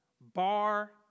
bar